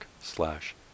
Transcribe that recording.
slash